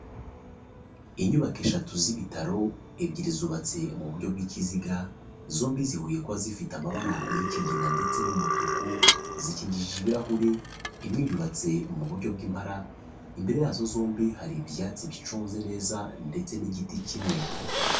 Inyubako eshatu z'ibitaro ebyiri zubatse mu buryo bw'ikiziga, zombi zihuriye kuba zifite amabara y'ikigina ndetse n'umutuku, zikingishije ibirahuri, imwe yubatse mu buryo bw'impara, imbere yazo zombi hari ibyatsi biconze neza ndetse n'igiti kimwe.